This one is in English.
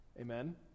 Amen